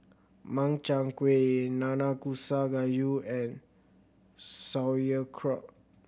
Makchang Gui Nanakusa Gayu and Sauerkraut